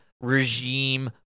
regime